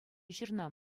ҫырнӑ